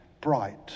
bright